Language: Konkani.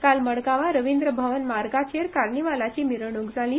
काल मडगांवां रवींद्र भवन मार्गाचेर कार्नवालाची मिरवणूक जाली